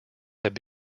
have